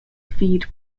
feed